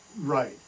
right